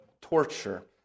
torture